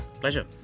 Pleasure